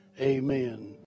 Amen